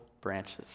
branches